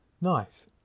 Nice